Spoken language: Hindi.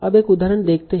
अब एक उदाहरण देखते हैं